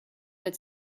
had